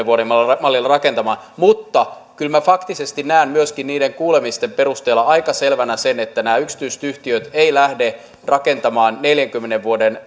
vuoden mallilla rakentamaan mutta kyllä minä faktisesti näen myöskin niiden kuulemisten perusteella aika selvänä sen että nämä yksityiset yhtiöt eivät lähde rakentamaan neljänkymmenen vuoden